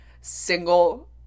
single